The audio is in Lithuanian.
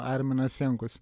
arminas jankus